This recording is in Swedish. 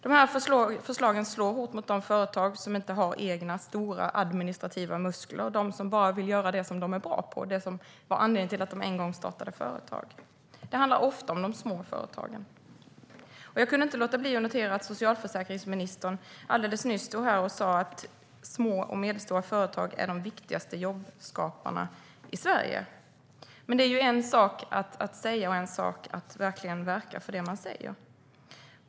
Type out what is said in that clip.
De här förslagen slår hårt mot de företag som inte har egna stora administrativa muskler, de som bara vill göra det som de är bra på och som var anledningen till att de en gång startade företag. Det handlar ofta om de små företagen. Jag kunde inte låta bli att notera att socialförsäkringsministern alldeles nyss stod här och sa att små och medelstora företag är de viktigaste jobbskaparna i Sverige. Men det är ju en sak att säga och en annan sak att verkligen verka för det man säger.